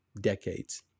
decades